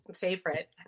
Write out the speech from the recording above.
Favorite